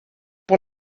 por